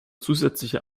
zusätzliche